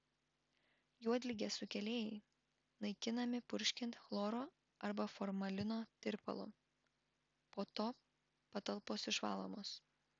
juodligės sukėlėjai naikinami purškiant chloro arba formalino tirpalu po to patalpos išvalomos